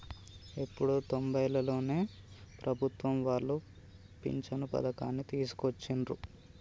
ఎప్పుడో తొంబైలలోనే ప్రభుత్వం వాళ్ళు పించను పథకాన్ని తీసుకొచ్చిండ్రు